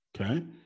Okay